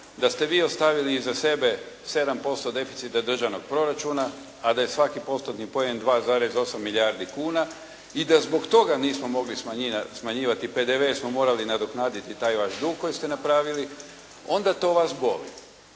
da ste vi ostavili iza sebe 7% deficita državnog proračuna, a da je svaki postotni poen 2,8 milijardi kuna i da zbog toga nismo mogli smanjivati PDV, jer smo morali nadoknaditi taj vaš dug koji ste napravili, onda to vas boli.